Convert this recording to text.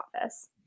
office